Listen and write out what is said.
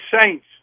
Saints